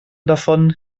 davon